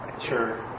Sure